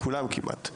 כולם כמעט,